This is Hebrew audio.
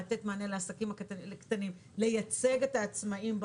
לתת מענה לעסקים הקטנים, לייצג את העצמאים.